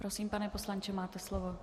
Prosím, pane poslanče, máte slovo.